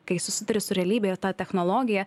kai susiduri su realybe ta technologija